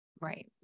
Right